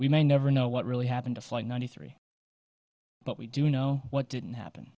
we may never know what really happened to flight ninety three but we do know what didn't happen